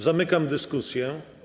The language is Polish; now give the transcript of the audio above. Zamykam dyskusję.